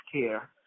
care